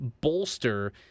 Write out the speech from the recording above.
bolster